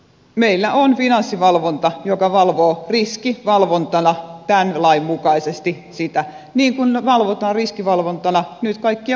meillä on finanssivalvonta joka valvoo riskivalvontana tämän lain mukaisesti sitä niin kuin valvotaan riskivalvontana nyt kaikkia muitakin